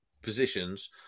positions